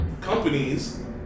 companies